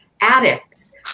addicts